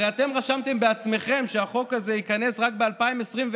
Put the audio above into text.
הרי אתם רשמתם בעצמכם שהחוק הזה ייכנס רק ב-2024,